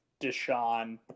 Deshaun